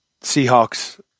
Seahawks